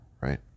right